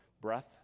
breath